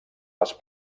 les